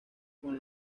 con